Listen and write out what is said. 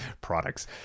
Products